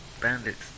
bandits